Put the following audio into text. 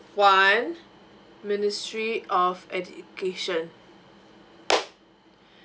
one ministry of education